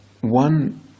one